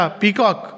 peacock